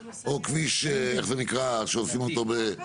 200,